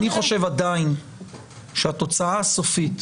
אני חושב עדיין שהתוצאה הסופית,